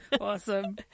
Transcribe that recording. Awesome